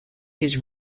his